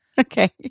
Okay